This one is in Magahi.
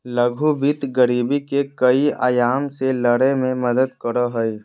लघु वित्त गरीबी के कई आयाम से लड़य में मदद करो हइ